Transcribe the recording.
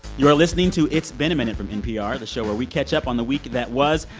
you are listening to it's been a minute from npr, the show where we catch up on the week that was.